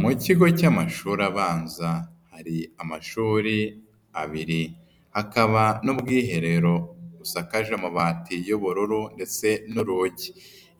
Mu kigo cy'amashuri abanza, hari amashuri abiri. Hakaba n'ubwiherero busakaje amabati y'ubururu ndetse n'urugi.